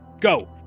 Go